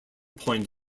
point